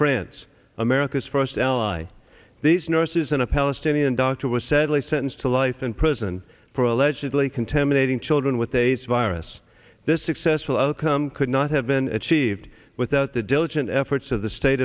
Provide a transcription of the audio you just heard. france america's first ally these nurses and a palestinian doctor was sadly sentenced to life in prison for allegedly contaminating children with aids virus this successful outcome could not have been achieved without the diligent efforts of the state